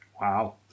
Wow